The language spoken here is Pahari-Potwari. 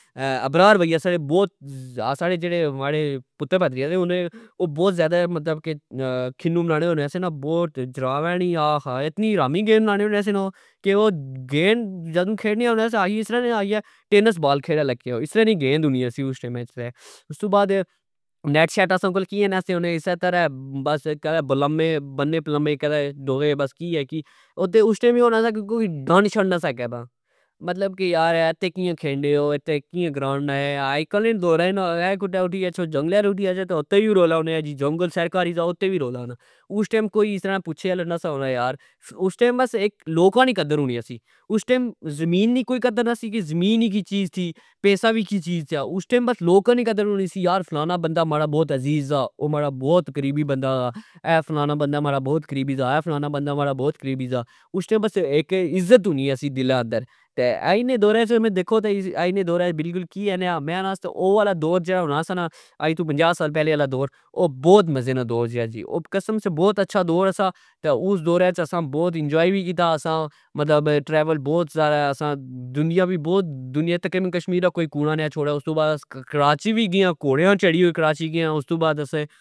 اہہ ابرار بھائی آ ساڑے بوت ،ساڑے جیڑے پتر پتریا دے انے او بوت زئدہ کھنوں بنانے ہونے سی نا آہا۔ اتنی رامی گیند بنانے ہونے سی نا او کہ گیندجدوں کھینے ہونے سیاں نا اسرہ آکھی نا ٹینس بال کھیلن لگے آاسرہ نی گیند ہونی سی اس ٹئمہچ تہ ۔استو بعد نیٹ شیٹ اساں کول کئنہ سے ہونے اسہ طرع بس لمے بلمے پلمے بس دوئہ کیہ کی اتھے اس ٹئم اے ہونا سا کہ کوئی ڈنڈ شنڈ نا با مطلب کہ یار اتھہ کیا کھینے او اتھے کیا گراؤنڈ بنایا اج کل نے دورہچ اتھہ اٹھی گچھو اتھہ اٹھو گچھو جنگلہ اتھے وی رولا ہونا آجی جنگل سرکاری دا اتھے وی رولا ہانا اس ٹئم کوئی پچھے دا نی سا ہونا ،اس ٹئم بس لوکا نی قدر ہونی آ سی اس ٹئم ذمین نی کوئی قدر نا سی کہ ذمین وی کوئی چیز تھئی پیسا وی کوئی چیز تھیا۔ اسٹئم بس لوکا نی قدر ہونی سی یار فلانا بندا ماڑا باؤ عزیزآ او ماڑا بوت قریبی بندا آ اہہ فلانا بندا ماڑا بوت قریبی دا اہہ فلانا بندا ماڑا بوت قریبی دا اس ٹئم اک عزت ہونی سی دلہ اندرتہ اج نے دورہچ دیکھو تہ اج نے دورہچ بلکل کیہ نامیں آکھنا او آلا دور جیڑا ہونا سا نا ،اج تو ہنجا سالا آلا دور او بوت مزے نا دور سی آ جی ۔او قسم سےبوت اچھا دور سا تہ اس دورہچ اساں بہت انجوائے کیتا اسا مطلب ٹریول بوت سارا دنیا وی بوت دنیا تکی کشمیر نا کوئی کونا نئے چھوڑیا استو بعد کراچی وی گئے آں کوڑیاں چڑی کراچی گئے آ استو بعد اسا